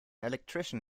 electrician